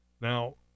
Now